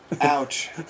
Ouch